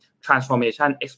transformation